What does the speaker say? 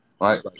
Right